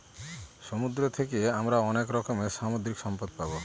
সমুদ্র থাকে আমরা অনেক রকমের সামুদ্রিক সম্পদ পাবো